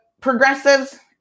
progressives